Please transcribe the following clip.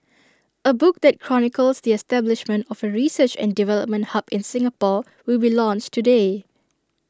A book that chronicles the establishment of A research and development hub in Singapore will be launched today